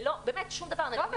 ללא שום דבר --- טוב,